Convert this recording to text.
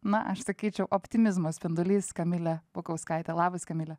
na aš sakyčiau optimizmo spindulys kamilė bukauskaitė labas kamile